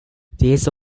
these